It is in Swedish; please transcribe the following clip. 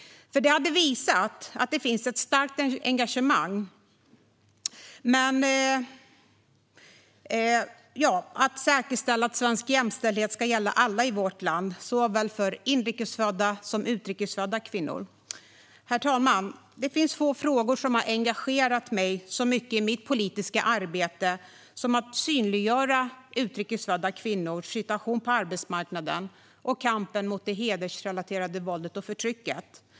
Det hade visat att det finns ett starkt engagemang för att säkerställa att svensk jämställdhet ska gälla för alla i vårt land, såväl för inrikesfödda som för utrikesfödda kvinnor. Herr talman! Det finns få frågor som har engagerat mig så mycket i mitt politiska arbete som att synliggöra utrikesfödda kvinnors situation på arbetsmarknaden och kampen mot det hedersrelaterade våldet och förtrycket.